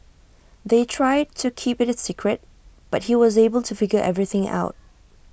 they tried to keep IT A secret but he was able to figure everything out